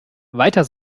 weiter